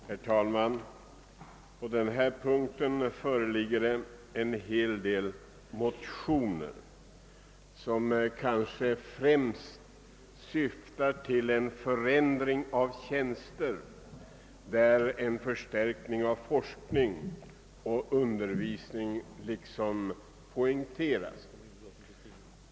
Herr talman! Under förevarande punkt i utskottsutlåtandet behandlas ett flertal motioner, som främst syftar till förändringar beträffande vissa tjänster och där behovet av en förstärkning av forskningens och undervisningens resurser poängteras.